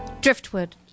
Driftwood